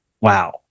Wow